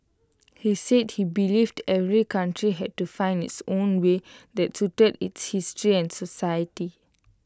he said he believed every country had to find its own way that suited its history and society